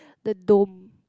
the dome